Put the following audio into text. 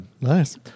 Nice